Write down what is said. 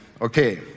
Okay